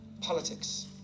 politics